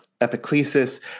Epiclesis